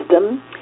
system